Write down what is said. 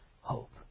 hope